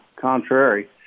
contrary